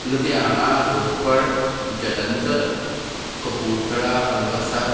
Ludhiana Ropar Jalandhar Kapurthala Ambarsar